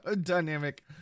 dynamic